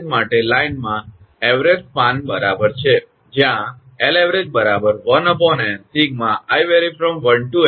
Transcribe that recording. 𝐿𝑎𝑣𝑔 માટે લાઇનમાં સરેરાશ સ્પાન બરાબર છે જ્યાં 𝐿𝑎𝑣𝑔 1𝑛 Σ𝑛𝑖1𝐿𝑖